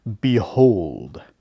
Behold